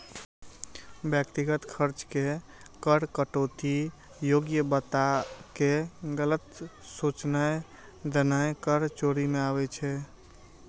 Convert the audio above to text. व्यक्तिगत खर्च के कर कटौती योग्य बताके गलत सूचनाय देनाय कर चोरी मे आबै छै